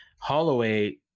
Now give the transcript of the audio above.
holloway